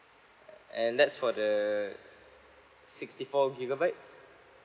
and that's for the sixty four gigabytes